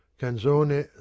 Canzone